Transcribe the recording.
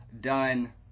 done